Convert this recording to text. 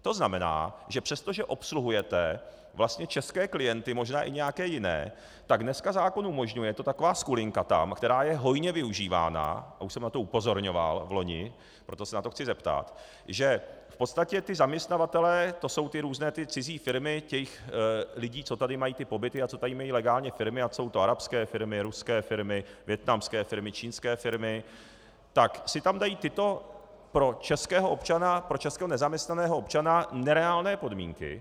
To znamená, že přestože obsluhujete vlastně české klienty, možná i nějaké jiné, tak dneska zákon umožňuje, je to taková skulinka tam, která je hojně využívána, a už jsem na to upozorňoval vloni, proto se na to chci zeptat, že v podstatě ti zaměstnavatelé, to jsou ty různé cizí firmy těch lidí, co tady mají ty pobyty a co tady mají legálně firmy, ať jsou to arabské firmy, ruské firmy, vietnamské firmy, čínské firmy, tak si tam dají tyto pro českého občana, pro českého nezaměstnaného občana nereálné podmínky.